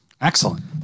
Excellent